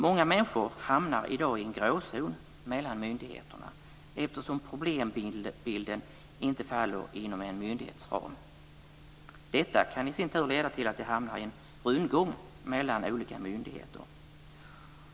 Många människor hamnar i dag i en gråzon mellan myndigheterna eftersom problembilden inte faller inom en myndighets ram. Detta kan i sin tur leda till att de hamnar i en rundgång mellan olika myndigheter.